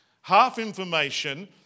half-information